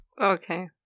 Okay